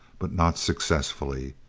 but not successfully,